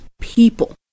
people